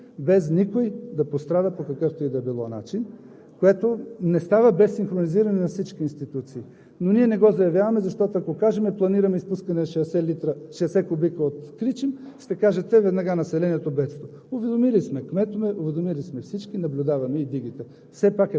В момента от тези каскади се изпуска водата, която се събра от големия приток, без никой да пострада по какъвто и да било начин, което не става без синхронизиране на всички институции. Но ние не го заявяваме, защото, ако кажем: планираме изпускане на 60 кубика от „Кричим“, ще кажете веднага: населението бедства.